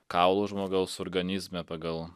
kaulų žmogaus organizme pagal